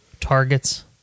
Target's